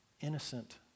innocent